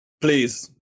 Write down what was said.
please